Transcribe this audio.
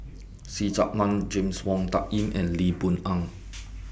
See Chak Mun James Wong Tuck Yim and Lee Boon Ngan